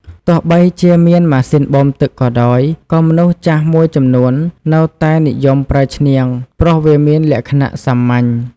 ទោះបីជាមានម៉ាស៊ីនបូមទឹកក៏ដោយ ក៏មនុស្សចាស់មួយចំនួននៅតែនិយមប្រើឈ្នាងព្រោះវាមានលក្ខណៈសាមញ្ញ។